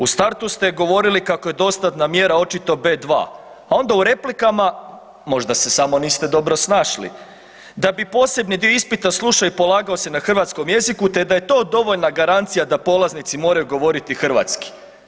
U startu ste govorili kako je dostatna mjera očito B2, a onda u replikama, možda se samo niste dobro snašli, da bi posljednji dio ispita slušao i polagao se na hrvatskom jeziku te da je to dovoljna garancija da polaznici moraju govoriti hrvatski.